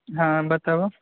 हँ बताबु